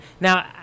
Now